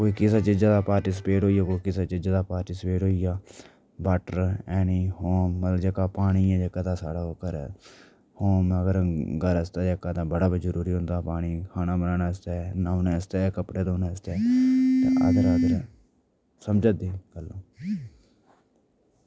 कोई किसै चीजै दा पार्टिसिपेट होई गेआ कोई किसै चीजा दा पार्टिसिपेट होई गेआ वाटर ऐ निं होम जेह्का पानी ऐ जेह्का तां साढ़ा ओह् घरै होम अगर घर आस्तै बड़ा गै जरूरी होंदा पानी खाना बनाना आस्तै न्हौने आस्तै कपड़े धोने आस्तै अदर अदर समझा दे ओ गल्ल